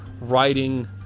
writing